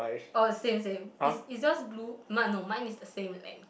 oh same same it's it's just blue mine no mine is the same length